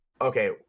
Okay